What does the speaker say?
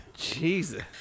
Jesus